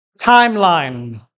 timeline